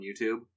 YouTube